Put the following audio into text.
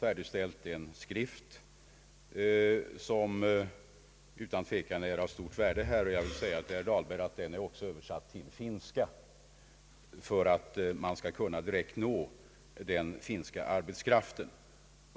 färdigställts, vilken utan tvivel är av stort värde i det här sammanhanget. Den är också översatt till finska för att informationen skall kunna direkt nå den finska arbetskraften.